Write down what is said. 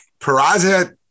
Peraza